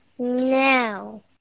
No